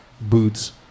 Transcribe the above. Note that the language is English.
Boots